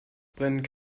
brennen